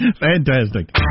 Fantastic